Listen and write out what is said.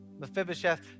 Mephibosheth